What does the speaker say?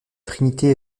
trinité